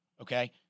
Okay